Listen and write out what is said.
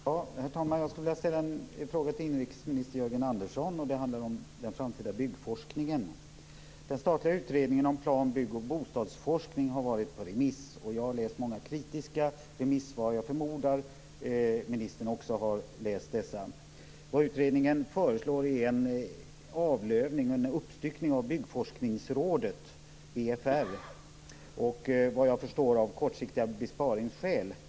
Herr talman! Jag vill ställa en fråga till inrikesminister Jörgen Andersson. Den handlar om den framtida byggforskningen. Den statliga utredningen om plan-, bygg och bostadsforskning har varit på remiss. Jag har läst många kritiska remissvar, och jag förmodar att ministern också har läst dessa. Utredningen föreslår, vad jag förstår av kortsiktiga besparingsskäl, en avlövning och en uppstyckning av Byggforskningsrådet, BFR.